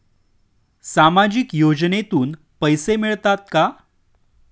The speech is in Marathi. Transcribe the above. सामाजिक योजनेतून पैसे मिळतात का?